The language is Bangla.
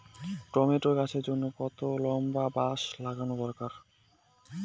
টমেটো গাছের জন্যে কতটা লম্বা বাস লাগানো দরকার?